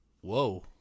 Whoa